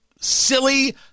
Silly